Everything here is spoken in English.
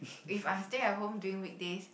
if I'm staying at home during weekdays